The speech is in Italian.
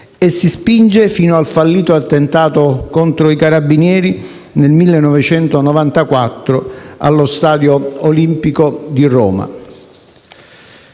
e si spinge fino al fallito attentato contro i carabinieri, nel 1994, allo stadio Olimpico di Roma,